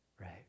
Right